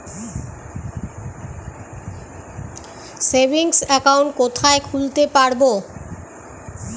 Savings account কোথায় খুলতে পারব?